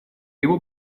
его